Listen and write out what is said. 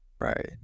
Right